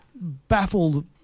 baffled